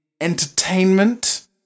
entertainment